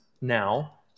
now